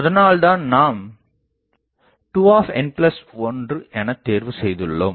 அதனால்தான் நாம் 2n1 எனத்தேர்வு செய்துள்ளோம்